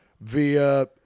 via